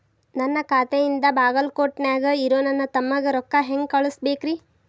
ನನ್ನ ಖಾತೆಯಿಂದ ಬಾಗಲ್ಕೋಟ್ ನ್ಯಾಗ್ ಇರೋ ನನ್ನ ತಮ್ಮಗ ರೊಕ್ಕ ಹೆಂಗ್ ಕಳಸಬೇಕ್ರಿ?